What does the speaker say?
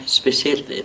specielt